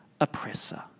oppressor